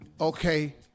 okay